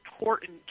important